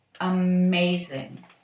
amazing